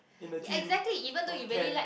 in a team of ten